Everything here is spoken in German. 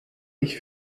ich